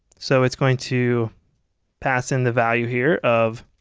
so it's going to pass in the value here of